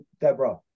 Deborah